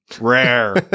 Rare